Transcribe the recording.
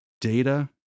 data